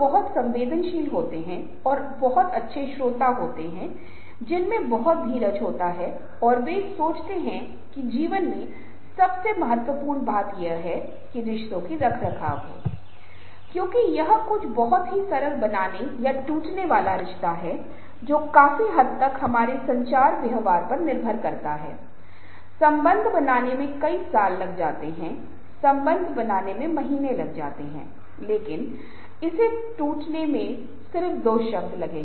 यह बहुत सरल है यदि आप किसी को पसंद नहीं करते हैं तो एक व्यक्ति बहुत अच्छा हो सकता है और वह बहुत अच्छे विचार रखता है और काम पाने के लिए बहुत अच्छे विचारों को सामने रखने की कोशिश कर रहा है जो कंपनी के लिए बहुत महत्वपूर्ण हो सकता है संगठन के लिए लेकिन इस तथ्य के कारण कि कोई व्यक्ति उसे पसंद नहीं करता है या उसका सब कुछ व्यर्थ होगा